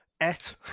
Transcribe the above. Et